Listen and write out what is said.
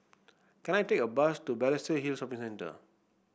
can I take a bus to Balestier Hill Shopping Centre